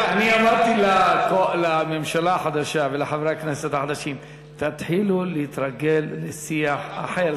אני אמרתי לממשלה החדשה ולחברי הכנסת החדשים: תתחילו להתרגל לשיח אחר.